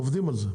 עובדים על זה.